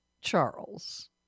Charles